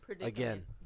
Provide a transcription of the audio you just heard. Again